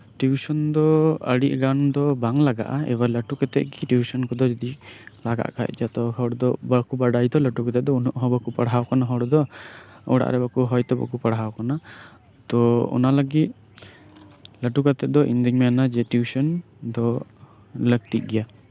tuition ᱫᱚ ᱟᱹᱰᱤᱜᱟᱱ ᱫᱚ ᱵᱟᱝ ᱞᱟᱜᱟᱜ ᱟ ᱮᱵᱟᱨ ᱞᱟᱹᱴᱩ ᱠᱟᱛᱮᱫ ᱜᱮ ᱴᱤᱭᱩᱥᱮᱱ ᱠᱚᱫᱚ ᱤᱫᱤ ᱞᱟᱜᱟᱜ ᱠᱷᱟᱱ ᱡᱷᱚᱛᱚᱦᱚᱲ ᱫᱚ ᱵᱟᱠᱚ ᱵᱟᱰᱟᱭ ᱟᱛᱚ ᱞᱟᱹᱴᱩ ᱠᱟᱛᱮᱫ ᱫᱚ ᱩᱱᱟᱹᱜᱦᱚᱸ ᱵᱟᱠᱚ ᱯᱟᱲᱦᱟᱣ ᱟᱠᱟᱱ ᱦᱚᱲᱫᱚ ᱚᱲᱟᱜ ᱨᱮ ᱦᱚᱭᱛᱳ ᱵᱟᱠᱚ ᱯᱟᱲᱦᱟᱣ ᱟᱠᱟᱱᱟ ᱛᱚ ᱚᱱᱟᱞᱟᱹᱜᱤᱫ ᱞᱟᱹᱴᱩ ᱠᱟᱛᱮᱫ ᱫᱚ ᱤᱧᱫᱚᱧ ᱢᱮᱱᱟ ᱡᱮ ᱴᱤᱭᱩᱥᱮᱱ ᱫᱚ ᱞᱟᱹᱠᱛᱤᱜ ᱜᱮᱭᱟ